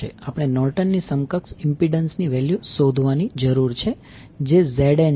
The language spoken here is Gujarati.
આપણે નોર્ટન ની સમકક્ષ ઇમ્પિડન્સ વેલ્યૂ શોધવાની જરૂર છે જે ZNછે